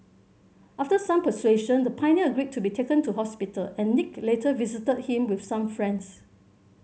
after some persuasion the pioneer agreed to be taken to hospital and Nick later visited him with some friends